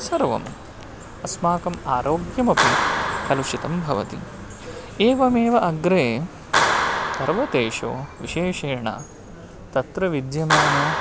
सर्वम् अस्माकम् आरोग्यमपि कलुषितं भवति एवमेव अग्रे पर्वतेषु विशेषेण तत्र विद्यमानं